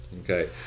okay